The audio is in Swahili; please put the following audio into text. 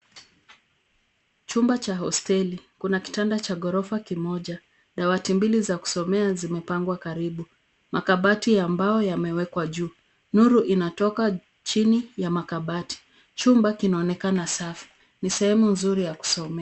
Chumba cha hosteli. Kuna chumba cha ghorofa. Dawati mbili za kusomea zimepangwa karibu. Makabati ya mbao yamewekwa juu. Nuru inatoka chini ya makabati. Chumba kinaonekana safi. Ni sehemu nzuri ya kusomea.